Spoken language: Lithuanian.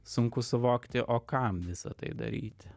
sunku suvokti o kam visą tai daryti